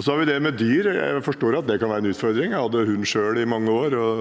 Så har vi det med dyr. Jeg forstår at det kan være en utfordring. Jeg hadde hund selv i mange år, og